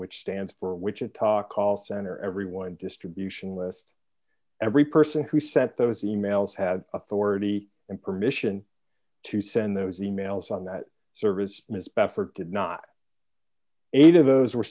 which stands for wichita call center everyone distribution list every person who sent those emails had authority and permission to send those emails on that service ms baffert did not eight of those were